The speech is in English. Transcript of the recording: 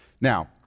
Now